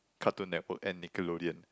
Cartoon Network and Nickelodeon